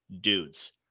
dudes